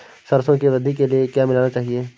सरसों की वृद्धि के लिए क्या मिलाना चाहिए?